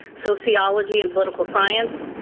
sociology and political science,